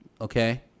Okay